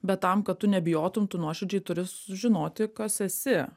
bet tam kad tu nebijotum tu nuoširdžiai turi sužinoti kas esi